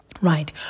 right